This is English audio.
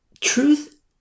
truth